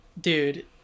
dude